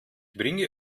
bringe